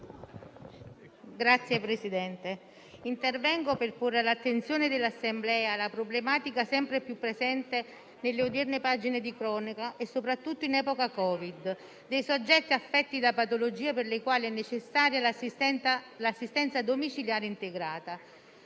Signor Presidente, intervengo per porre all'attenzione dell'Assemblea la problematica sempre più presente nelle odierne pagine di cronaca, soprattutto in epoca Covid, dei soggetti affetti da patologie per le quali è necessaria l'assistenza domiciliare integrata.